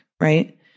right